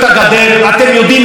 אז תהיה קטסטרופה.